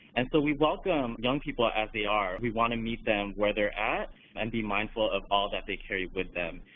and so we welcome young people ah as they are, we want to meet them where they're at and be mindful of all that they carry with them.